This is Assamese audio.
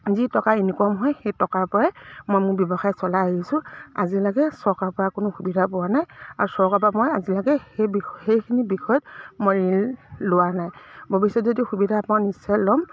যি টকা ইনকাম হয় সেই টকাৰ পৰাই মই মোৰ ব্যৱসায় চলাই আহিছোঁ আজিলৈকে চৰকাৰৰ পৰা কোনো সুবিধা পোৱা নাই আৰু চৰকাৰৰ পৰা মই আজিলৈকে সেই বিষ সেইখিনি বিষয়ত মই ঋণ লোৱা নাই ভৱিষ্যত যদি সুবিধা পাওঁ নিশ্চয় ল'ম